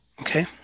Okay